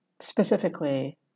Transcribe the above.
specifically